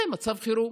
זה מצב חירום.